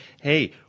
Hey